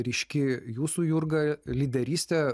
ryški jūsų jurga lyderystė